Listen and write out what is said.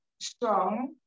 strong